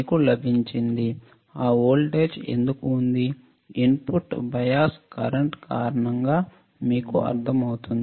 ఆ వోల్టేజ్ ఎందుకు ఉంది ఇన్పుట్ బయాస్ కరెంట్ కారణంగా మీకు అర్థమైందా